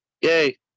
yay